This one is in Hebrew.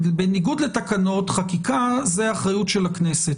בניגוד לתקנות, חקיקה היא אחריות של הכנסת.